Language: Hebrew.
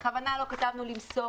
בכוונה לא כתבנו "למסור",